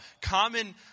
common